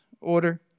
order